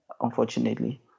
unfortunately